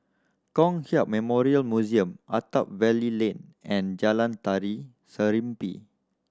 Kong Hiap Memorial Museum Attap Valley Lane and Jalan Tari Serimpi